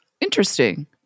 Interesting